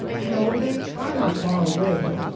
no they are not far away.